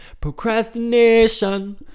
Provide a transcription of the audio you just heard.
Procrastination